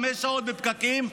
חמש שעות בפקקים.